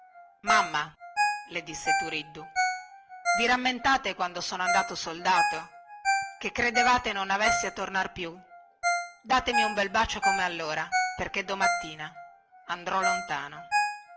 mamma le disse turiddu vi rammentate quando sono andato soldato che credevate non avessi a tornar più datemi un bel bacio come allora perchè domattina andrò lontano